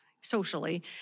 socially